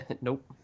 Nope